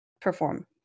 perform